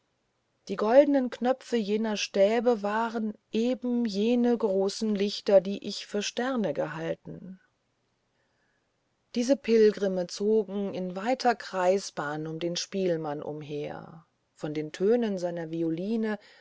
die goldnen knöpfe jener stäbe waren eben jene großen lichter die ich für sterne gehalten hatte diese pilgrime zogen in weiter kreisbahn um den großen spielmann umher von den tönen seiner violine